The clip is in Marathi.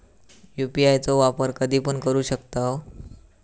यू.पी.आय चो वापर कधीपण करू शकतव?